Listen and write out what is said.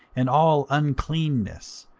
and all uncleanness,